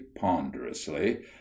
ponderously